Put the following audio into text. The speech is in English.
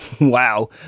wow